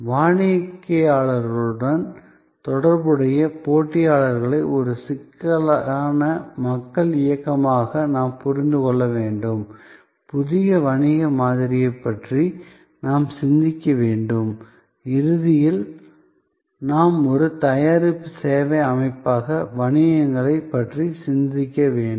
வாடிக்கையாளர்களுடன் தொடர்புடைய போட்டியாளர்களை ஒரு சிக்கலான மக்கள் இயக்கமாக நாம் புரிந்து கொள்ள வேண்டும் புதிய வணிக மாதிரியைப் பற்றி நாம் சிந்திக்க வேண்டும் இறுதியில் நாம் ஒரு தயாரிப்பு சேவை அமைப்பாக வணிகங்களைப் பற்றி சிந்திக்க வேண்டும்